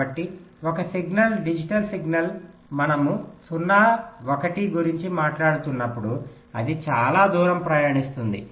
కాబట్టి ఒక signal digital signal మనము 0 1 గురించి మనట్లాడుతున్నప్పుడు అది చాలా దూరం ప్రయాణిస్తుంది